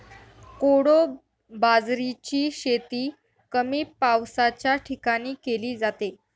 कोडो बाजरीची शेती कमी पावसाच्या ठिकाणी केली जाते